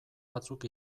batzuk